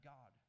God